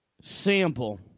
Sample